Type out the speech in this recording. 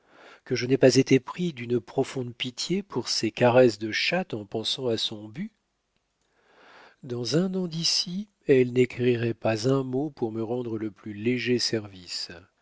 que je n'aie pas été pris d'une profonde pitié pour ses caresses de chatte en pensant à son but dans un an d'ici elle n'écrirait pas un mot pour me rendre le plus léger service